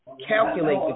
calculate